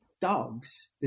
dogs